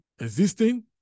existing